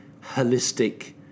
holistic